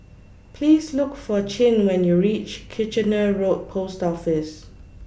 Please Look For Chin when YOU REACH Kitchener Road Post Office